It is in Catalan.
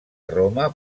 roma